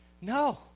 No